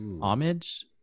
homage